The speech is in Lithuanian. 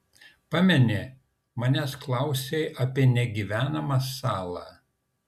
pameni manęs klausei apie negyvenamą salą